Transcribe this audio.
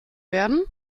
werden